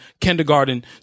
kindergarten